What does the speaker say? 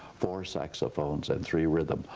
four saxophones and three rhythm,